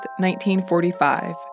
1945